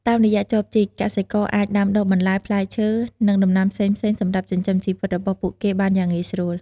តាមរយៈចបជីក កសិករអាចដាំដុះបន្លែ ផ្លែឈើ និងដំណាំផ្សេងៗសម្រាប់ចិញ្ចឹមជីវិតរបស់ពួកគេបានយ៉ាងងាយស្រួល។